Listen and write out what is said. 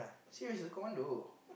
serious he's a commando